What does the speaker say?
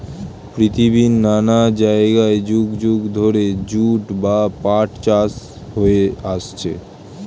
পৃথিবীর নানা জায়গায় যুগ যুগ ধরে জুট বা পাট চাষ হয়ে আসছে